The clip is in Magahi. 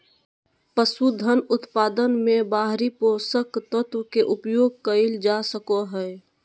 पसूधन उत्पादन मे बाहरी पोषक तत्व के उपयोग कइल जा सको हइ